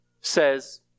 says